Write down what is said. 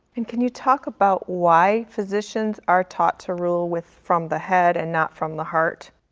and can you talk about why physicians are taught to rule with from the head and not from the heart?